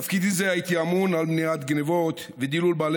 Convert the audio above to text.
בתפקידי זה הייתי אמון על מניעת גנבות ודילול בעלי